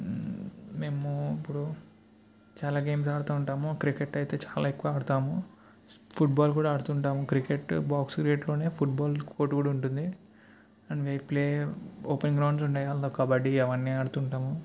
మేము ఇప్పుడు చాలా గేమ్స్ ఆడుతు ఉంటాము క్రికెట్ అయితే చాలా ఎక్కువ ఆడతాము ఫుట్బాల్ కూడా ఆడుతుంటాము క్రికెట్ బాక్స్ గ్రేట్లో ఫుట్బాల్ కోర్ట్ కూడా ఉంటుంది అండ్ ప్లే ఓపెన్ గ్రౌండ్స్ ఉంటాయి అందులో ప్లేయర్ కబడ్డీ అవన్నీ ఆడుతుంటాము